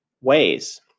ways